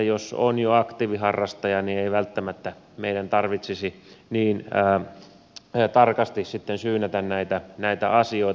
jos on jo aktiiviharrastaja niin ei välttämättä meidän tarvitsisi niin tarkasti sitten syynätä näitä asioita